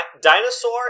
Dinosaur